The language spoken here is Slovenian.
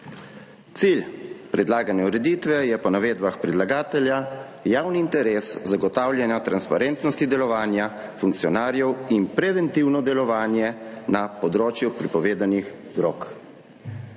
Cilj predlagane ureditve je po navedbah predlagatelja javni interes zagotavljanja transparentnosti delovanja funkcionarjev in preventivno delovanje na področju prepovedanih drog.